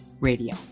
RADIO